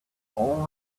all